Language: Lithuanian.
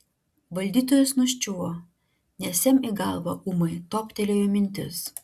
valdytojas nuščiuvo nes jam į galvą ūmai toptelėjo mintis